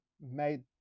made